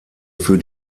für